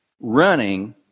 Running